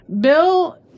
Bill